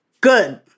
good